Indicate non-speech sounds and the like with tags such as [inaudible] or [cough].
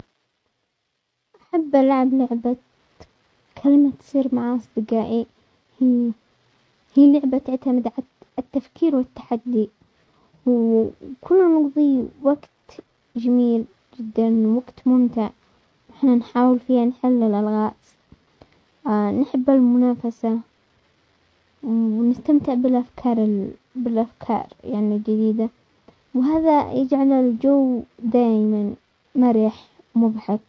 احب العب لعبة كلمة سر مع اصدقائي، هي لعبة تعتمد على التفكير والتحدي، وكنا نقضي وقت جميل جدا وقت ممتع واحنا نحاول فيها نحل الالغاز، [hesitation] نحب المنافسة ونستمتع بالافكار-بالافكار يعني الجديدة، وهذا يجعل الجو دايما مرح مضحك.